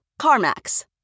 CarMax